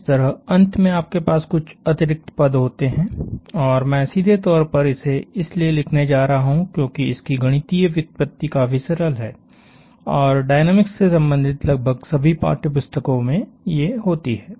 इस तरह अंत में आपके पास कुछ अतिरिक्त पद होते हैं और मैं सीधे तौर पर इसे इसलिए लिखने जा रहा हूं क्योंकि इसकी गणितीय व्युत्पत्ति काफी सरल है और डायनामिक्स से संबंधित लगभग सभी पाठ्यपुस्तकों में ये होती है